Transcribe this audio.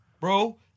Bro